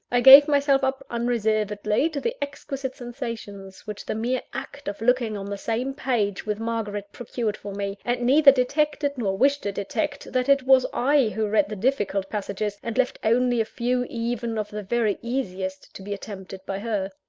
i gave myself up unreservedly to the exquisite sensations which the mere act of looking on the same page with margaret procured for me and neither detected, nor wished to detect, that it was i who read the difficult passages, and left only a few even of the very easiest to be attempted by her.